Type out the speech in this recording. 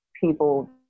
people